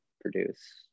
produce